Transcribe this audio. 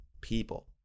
people